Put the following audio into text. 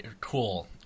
cool